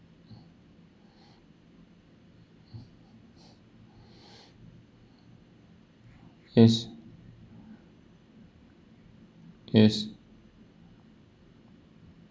yes yes